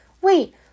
wait